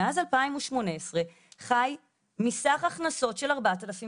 מאז 2018 חי מסך הכנסות של ארבעת אלפים